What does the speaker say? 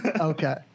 Okay